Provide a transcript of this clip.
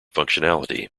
functionality